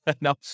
No